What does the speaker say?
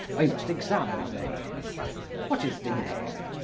i must examine thee what is thy name?